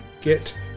Get